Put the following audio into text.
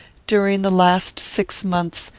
during the last six months,